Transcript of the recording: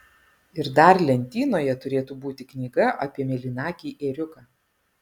ir dar lentynoje turėtų būti knyga apie mėlynakį ėriuką